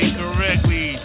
correctly